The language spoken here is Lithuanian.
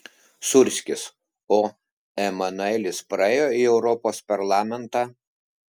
sūrskis o emanuelis praėjo į europos parlamentą